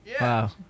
Wow